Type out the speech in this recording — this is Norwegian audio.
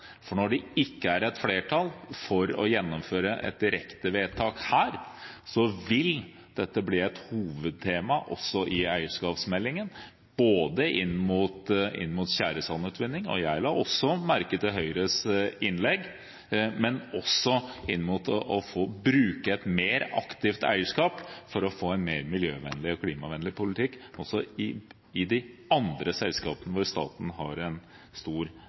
For når det ikke er flertall for å gjennomføre et direktevedtak her, vil dette bli et hovedtema også i eierskapsmeldingen, både inn mot tjæresandutvinning – og jeg la også merke til Høyres innlegg – og inn mot å bruke et mer aktivt eierskap for å få en mer miljøvennlig og klimavennlig politikk også i de andre selskapene hvor staten har en stor